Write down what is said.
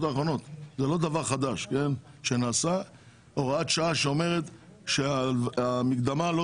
האחרונות וזה לא דבר חדש הוראת שעה שאומרת שהמקדמה לא